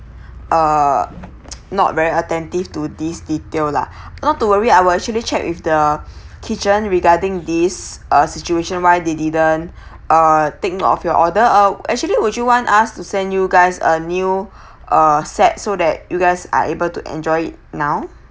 uh not very attentive to this detail lah not to worry I will actually check with the kitchen regarding this uh situation why they didn't uh take note of your order uh actually would you want us to send you guys a new uh set so that you guys are able to enjoy it now